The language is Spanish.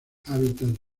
hábitat